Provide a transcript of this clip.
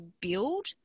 build